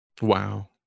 Wow